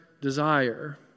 desire